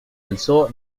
alzó